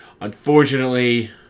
Unfortunately